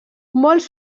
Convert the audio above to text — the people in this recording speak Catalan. molts